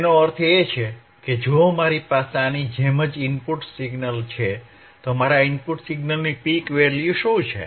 તેનો અર્થ એ છે કે જો મારી પાસે આની જેમ જ ઇનપુટ સિગ્નલ છે તો મારા ઇનપુટની પીક વેલ્યુ શું છે